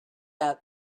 out